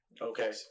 Okay